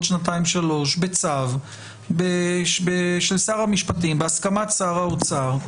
שנתיים-שלוש בצו של שר המשפטים בהסכמת שר האוצר,